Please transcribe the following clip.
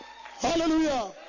Hallelujah